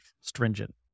stringent